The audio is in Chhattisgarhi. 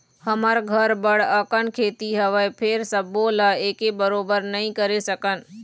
हमर घर बड़ अकन खेती हवय, फेर सबो ल एके बरोबर नइ करे सकन